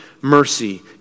mercy